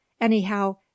Anyhow